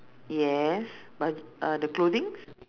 yes but uh the clothings